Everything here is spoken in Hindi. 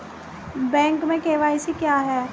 बैंक में के.वाई.सी क्या है?